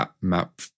Map